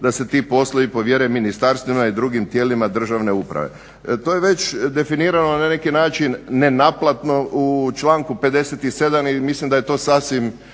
da se ti poslovi povjere ministarstvima i drugim tijelima državne uprave. To je već definirano na neki način nenaplatno u članku 57. jer mislim da je to sasvim,